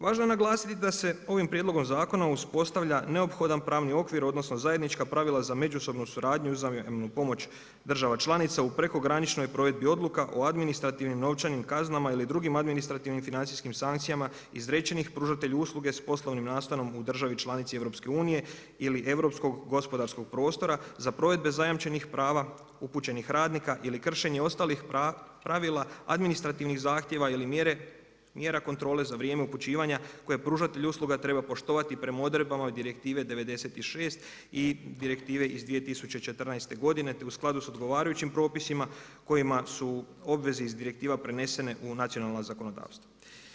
Važno je naglasiti da se ovim prijedlogom zakona uspostavlja neophodan pravni okvir, odnosno zajednička pravila za međusobnu suradnju, uzajmljenu pomoć država članica u prekograničnoj provedbi odluka o administrativnoj novčanim kaznama ili drugim administrativnim financijskim sankcijama izrečenim pružatelju usluga s osnovnim nastanom u državi članici EU ili europskog gospodarskog prostora za provedbe zajamčenih prava upućenih radnika ili kršenje ostalih pravila, administrativnih zahtjeva ili mjera kontrole za vrijeme upućivanja koje pružatelj usluga treba poštovati prema odredbama Direktivne 96 i Direktivne iz 2014. godine, te u skladu sa odgovarajućim propisima kojima su obveze iz direktiva prenesene u nacionalna zakonodavstva.